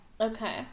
Okay